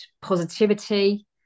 positivity